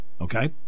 Okay